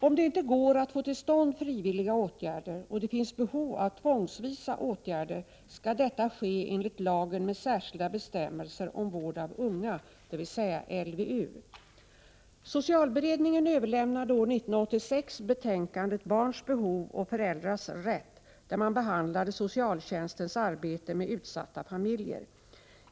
Om det inte går att få till stånd frivilliga åtgärder och det finns behov av tvångsvisa åtgärder, skall detta ske enligt lagen med särskilda bestämmelser om vård av unga, dvs. LVU. Socialberedningen överlämnade år 1986 betänkandet Barns behov och Föräldrars rätt, där man behandlade socialtjänstens arbete med utsatta familjer.